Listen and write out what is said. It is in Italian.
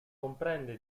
comprende